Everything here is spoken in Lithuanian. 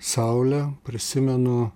saulė prisimenu